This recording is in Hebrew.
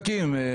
פקקים.